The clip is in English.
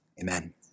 Amen